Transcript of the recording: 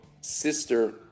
Sister